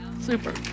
Super